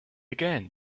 again